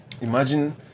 imagine